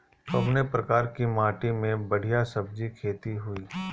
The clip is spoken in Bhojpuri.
कवने प्रकार की माटी में बढ़िया सब्जी खेती हुई?